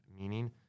meaning